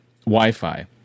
Wi-Fi